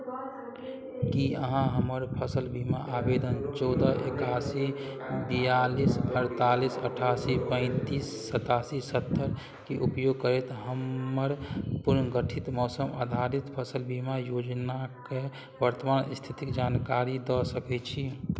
की अहाँ हमर फसल बीमा आवेदन चौदह एकासी बियालीस अड़तालीस अठासी पैंतीस सतासी सत्तरिके उपयोग करैत हमर पुनर्गठित मौसम आधारित फसल बीमा योजनाके वर्तमान स्थितिक जानकारी दऽ सकैत छी